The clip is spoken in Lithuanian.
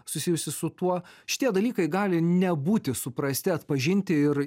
susijusi su tuo šitie dalykai gali nebūti suprasti atpažinti ir